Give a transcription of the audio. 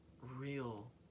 real